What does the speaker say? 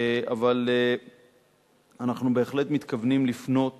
אבל אנחנו בהחלט מתכוונים לפנות